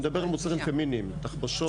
אני מדבר על מוצרים פמיניים, כמו תחבושות.